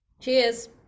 Cheers